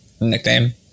Nickname